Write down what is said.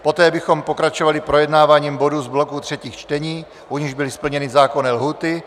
Poté bychom pokračovali projednáváním bodů z bloku třetích čtení, u nichž byly splněny zákonné lhůty.